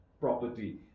property